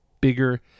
bigger